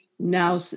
Now